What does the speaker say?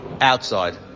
outside